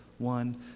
one